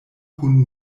kun